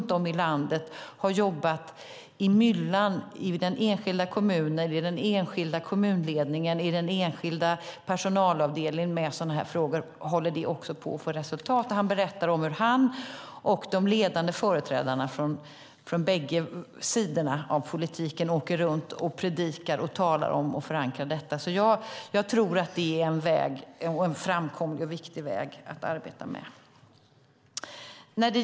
Runt om i landet har man jobbat i myllan, i den enskilda kommunen, i den enskilda kommunledningen och i den enskilda personalavdelningen, med sådana här frågor. Han berättade om hur han och de ledande företrädarna från båda sidor av politiken åker runt och predikar, talar om och förankrar detta. Jag tror att det är framkomlig och viktig väg att arbeta med.